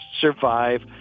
survive